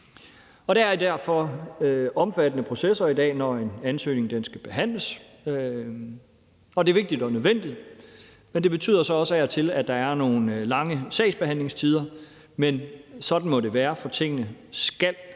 Der er derfor omfattende processer i dag, når en ansøgning skal behandles. Det er vigtigt og nødvendigt, men det betyder så også, at der af og til er nogle lange sagsbehandlingstider, men sådan må det være, for tingene skal foregå